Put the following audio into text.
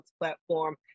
platform